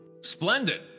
Splendid